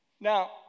Now